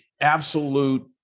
absolute